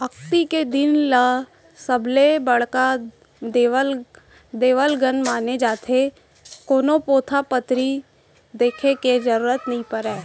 अक्ती के दिन ल सबले बड़का देवलगन माने जाथे, कोनो पोथा पतरी देखे के जरूरत नइ परय